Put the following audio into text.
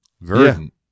Verdant